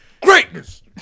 Greatness